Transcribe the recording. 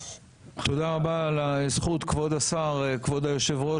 תודה רבה על הזכות, כבוד השר, כבוד היושב ראש.